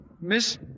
Miss